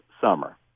summer